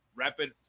Rapid